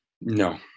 No